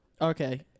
Okay